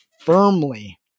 firmly